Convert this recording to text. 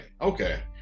okay